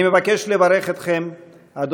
אני מבקש לברך אותך,